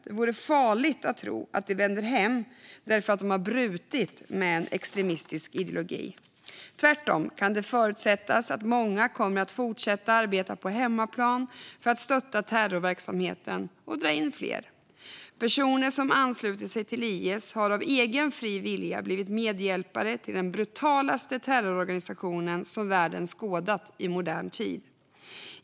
Det vore farligt att tro att de vänder hem därför att de har brutit med en extremistisk ideologi. Tvärtom kan det förutsättas att många kommer att fortsätta arbeta på hemmaplan för att stötta terrorverksamhet och dra in fler. Personer som har anslutit sig till IS har av egen fri vilja blivit medhjälpare till den brutalaste terrororganisation som världen har skådat i modern tid.